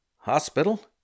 Hospital